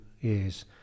years